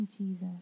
Jesus